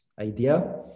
idea